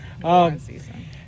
One-season